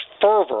fervor